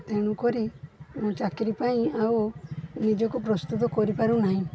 ତେଣୁ କରି ମୁଁ ଚାକିରି ପାଇଁ ଆଉ ନିଜକୁ ପ୍ରସ୍ତୁତ କରିପାରୁନାହିଁ